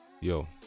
Yo